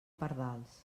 pardals